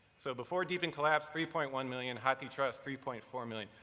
so before dpn collapsed, three point one million. hathi trust, three point four million.